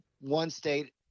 one-state